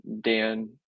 Dan